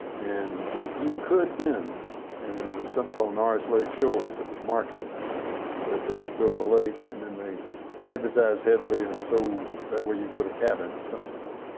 and you could then and there was something called an ah rs lake shores that was marketed where they just built a lake and then they advertised heavily and so sold where you'd put a cabin or something on.